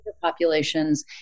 populations